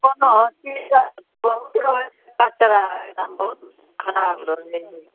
कोनो हँसी छै बहुत रहैत छै कचड़ा एहिठाम बहुत खराब रहैत हए